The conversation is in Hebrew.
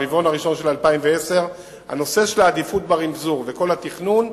ברבעון הראשון של 2010. הנושא של העדיפות ברמזור וכל התכנון,